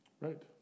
Right